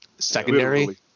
Secondary